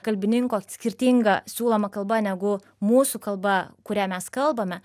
kalbininko skirtinga siūloma kalba negu mūsų kalba kurią mes kalbame